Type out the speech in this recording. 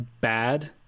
bad